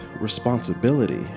responsibility